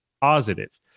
positive